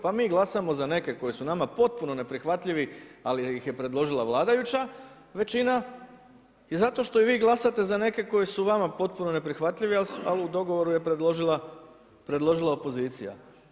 Pa mi glasamo za neke koji su nama potpuno neprihvatljivi, ali ih je predložila vladajuća većina i zato što i vi glasate za neke koji su vama potpuno neprihvatljivi, ali u dogovoru je predložila opozicija.